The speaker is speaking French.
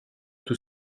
tout